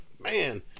man